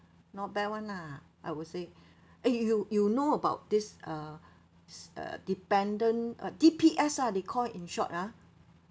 not bad one lah I would say eh you you know about this uh s~ uh dependent uh D_P_S ah they call it in short ah